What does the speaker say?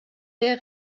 der